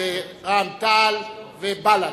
רע"ם-תע"ל ובל"ד.